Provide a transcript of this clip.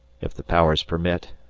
if the powers permit,